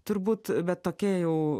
turbūt bet tokia jau